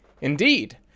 Indeed